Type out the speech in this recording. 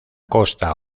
costa